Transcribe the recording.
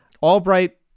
Albright